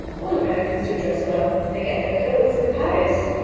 all americans do dress well. they get their clothes in paris.